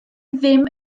ddim